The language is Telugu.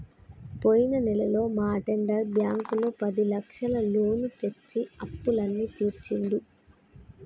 పోయిన నెలలో మా అటెండర్ బ్యాంకులో పదిలక్షల లోను తెచ్చి అప్పులన్నీ తీర్చిండు